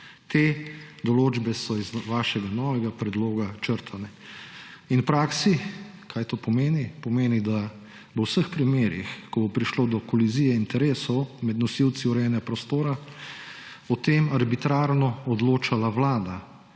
Te določbe so iz vašega novega predloga črtane. In kaj to pomeni v praksi? Pomeni, da bo v vseh primerih, ko bo prišlo do kolizije interesov med nosilci urejanja prostora, o tem arbitrarno odločala vlada,